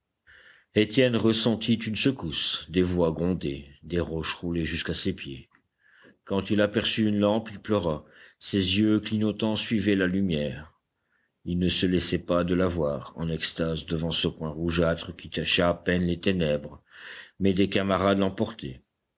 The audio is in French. étienne ressentit une secousse des voix grondaient des roches roulaient jusqu'à ses pieds quand il aperçut une lampe il pleura ses yeux clignotants suivaient la lumière il ne se lassait pas de la voir en extase devant ce point rougeâtre qui tachait à peine les ténèbres mais des camarades